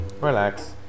relax